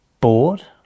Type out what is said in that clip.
bored